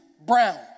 brown